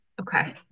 Okay